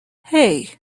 hey